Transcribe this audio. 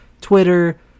twitter